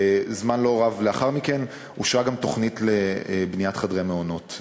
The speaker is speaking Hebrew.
וזמן לא רב לאחר מכן אושרה גם תוכנית לבניית חדרי מעונות.